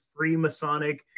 Freemasonic